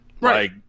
Right